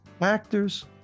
actors